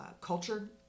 culture